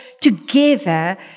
together